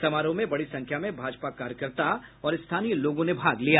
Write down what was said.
समारोह में बड़ी संख्या में भाजपा कार्यकर्ता और स्थानीय लोगों ने भाग लिया